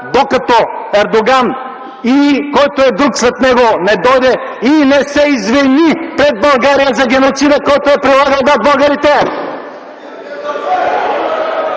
докато Ердоган и който и да е друг след него не дойде и не се извини пред България за геноцида, който е прилагал над българите.